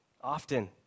often